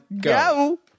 go